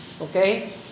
Okay